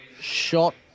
shot